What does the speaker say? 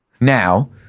Now